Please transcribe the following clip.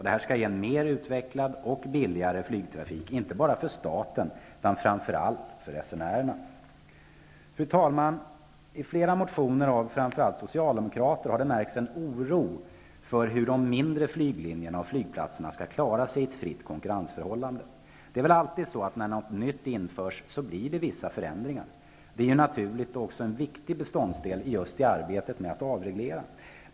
Det skall ge en mer utvecklad och billigare flygtrafik, inte bara för staten utan framför allt för resenärerna. Fru talman! I flera motioner av framför allt socialdemokrater har det märkts en oro för hur de mindre flyglinjerna och flygplatserna skall klara sig i ett fritt konkurrensförhållande. Det är väl alltid så att när något nytt införs blir det vissa förändringar. Det är naturligt och en viktig beståndsdel i just arbetet med att avreglera.